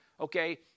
okay